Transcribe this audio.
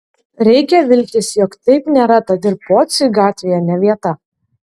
reikia viltis jog taip nėra tad ir pociui gatvėje ne vieta